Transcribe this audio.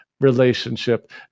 relationship